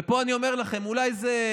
ופה אני אומר לכם, ואולי זה,